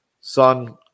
Son